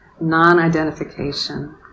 non-identification